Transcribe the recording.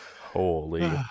Holy